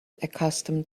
accustomed